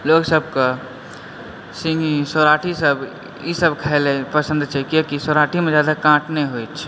लोग सबके सिङ्गही सौराठी सब ई सब खाइ ले पसन्द छै किए कि सौराठीमे जादा काँट नै होइछ